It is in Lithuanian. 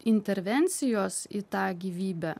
intervencijos į tą gyvybę